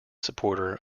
supporter